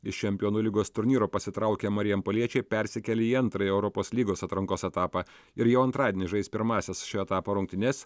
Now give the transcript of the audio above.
iš čempionų lygos turnyro pasitraukę marijampoliečiai persikėlė į antrąjį europos lygos atrankos etapą ir jau antradienį žais pirmąsias šio etapo rungtynes